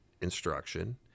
instruction